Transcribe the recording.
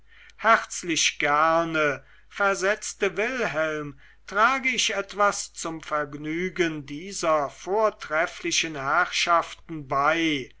herzlich gerne versetzte wilhelm trage ich etwas zum vergnügen dieser vortrefflichen herrschaft bei